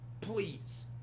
Please